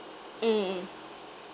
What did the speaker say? mm mm